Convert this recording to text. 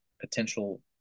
potential